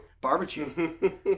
Barbecue